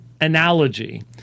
analogy